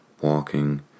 walking